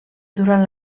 durant